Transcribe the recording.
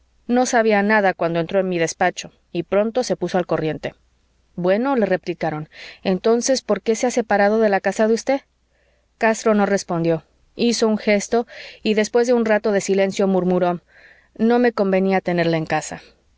no sabía nada cuando entró en mi despacho y pronto se puso al corriente bueno le replicaron entonces por qué se ha separado de la casa de usted castro no respondió hizo un gesto y después de un rato de silencio murmuró no me convenía tenerle en casa